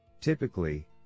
Typically